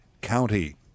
County